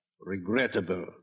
regrettable